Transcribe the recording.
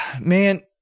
man